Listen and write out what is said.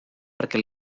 perquè